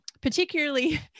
particularly